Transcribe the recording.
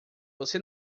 você